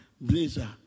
Blazer